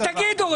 אז תגידו.